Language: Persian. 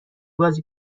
بازی